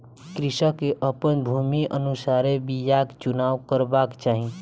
कृषक के अपन भूमिक अनुसारे बीयाक चुनाव करबाक चाही